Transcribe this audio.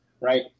right